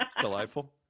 Delightful